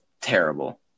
terrible